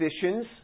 positions